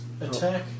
attack